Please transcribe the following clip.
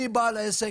אני בעל עסק.